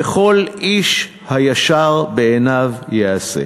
ואיש הישר בעיניו יעשה.